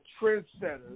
trendsetters